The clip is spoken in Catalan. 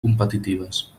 competitives